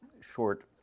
short